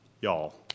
y'all